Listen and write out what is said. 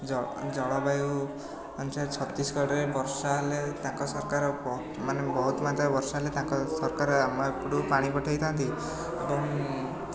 ଜଳବାୟୁ ଅନୁସାରେ ଛତିଶଗଡ଼ରେ ବର୍ଷା ହେଲେ ତାଙ୍କ ସରକାରମାନେ ବହୁତ ମାତ୍ରାରେ ବର୍ଷା ହେଲେ ତାଙ୍କ ସରକାର ଆମ ଏପଟକୁ ପାଣି ପଠେଇ ଥାଆନ୍ତି ଏବଂ